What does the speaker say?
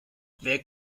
wer